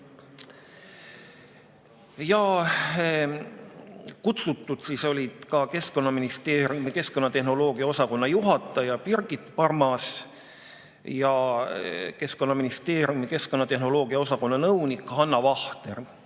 Kutsutud olid ka Keskkonnaministeeriumi keskkonnatehnoloogia osakonna juhataja Birgit Parmas ja Keskkonnaministeeriumi keskkonnatehnoloogia osakonna nõunik Hanna Vahter,